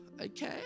Okay